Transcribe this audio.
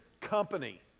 company